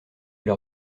leur